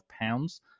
pounds